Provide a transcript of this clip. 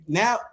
now